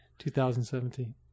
2017